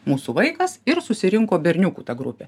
mūsų vaikas ir susirinko berniukų ta grupė